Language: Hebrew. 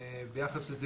ביחס לכך,